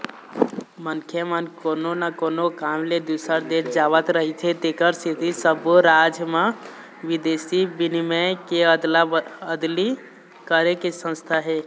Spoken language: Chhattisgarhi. मनखे मन कोनो न कोनो काम ले दूसर देश जावत रहिथे तेखर सेती सब्बो राज म बिदेशी बिनिमय के अदला अदली करे के संस्था हे